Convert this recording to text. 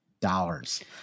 dollars